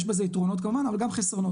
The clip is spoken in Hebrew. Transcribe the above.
יש בזה יתרון כמובן אבל גם חסרונות.